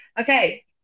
Okay